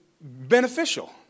beneficial